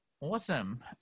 Awesome